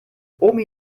omi